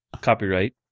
copyright